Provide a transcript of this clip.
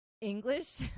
English